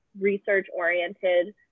research-oriented